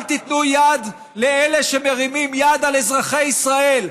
אל תיתנו יד לאלה שמרימים יד על אזרחי ישראל,